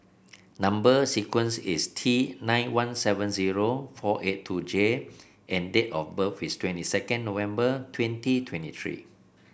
number sequence is T nine one seven zero four eight two J and date of birth is twenty second November twenty twenty three